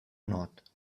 not